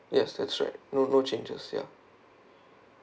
yes that's right no no changes ya